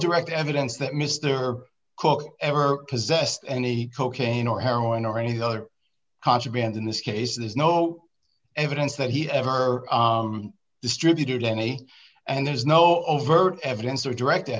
direct evidence that mr cook ever possessed any cocaine or heroin or any other contraband in this case there's no evidence that he ever distributed any and there's no overt evidence or direct